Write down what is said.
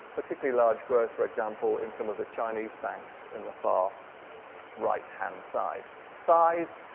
particularly large growth for example in some of the chinese banks in the far right hand side. size,